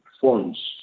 funds